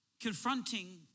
confronting